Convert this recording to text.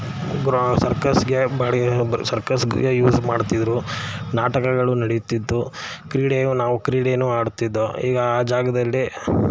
ಗ್ರಾ ಸರ್ಕಸ್ಸಿಗೆ ಬಾಡಿಗೆ ಸರ್ಕಸ್ಸಿಗೆ ಯೂಸ್ ಮಾಡ್ತಿದ್ದರು ನಾಟಕಗಳು ನಡೀತಿತ್ತು ಕ್ರೀಡೆಯು ನಾವು ಕ್ರೀಡೆನೂ ಆಡ್ತಿದ್ದೊ ಈಗ ಆ ಜಾಗದಲ್ಲಿ